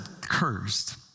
cursed